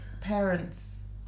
parents